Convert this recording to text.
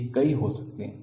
वे कई हो सकते हैं